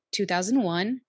2001